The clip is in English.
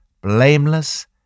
blameless